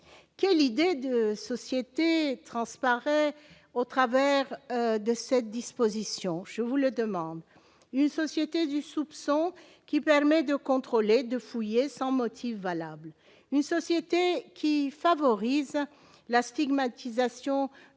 quelle idée de société transparaît au travers de cette disposition, je vous le demande, une société du soupçon qui permet de contrôler, de fouiller sans motif valable, une société qui favorise la stigmatisation